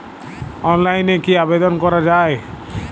অনলাইনে কি আবেদন করা য়ায়?